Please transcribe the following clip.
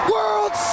World